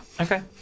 okay